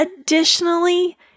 Additionally